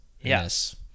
yes